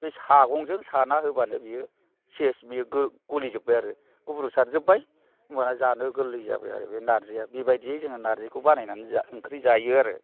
बे सागंजों साना होब्लानो बियो सेस बियो गलि जोबबाय आरो गुब्रु सारजोबबाय होमब्लाना जानो गोरलै जाबाय आरो बे नारजिया बेबायदि जोंहा नारजिखौ बानायनानै ओंख्रि जायो आरो